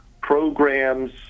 programs